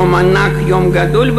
יום ענק, יום גדול.